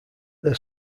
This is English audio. their